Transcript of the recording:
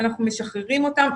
אנחנו משחררים אותם.